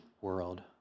world